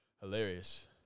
Hilarious